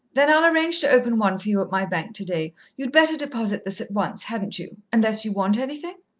then i'll arrange to open one for you at my bank today. you'd better deposit this at once, hadn't you unless you want anything?